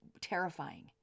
terrifying